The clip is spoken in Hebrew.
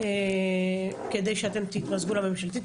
כדי שאתם תתמזגו לממשלתית,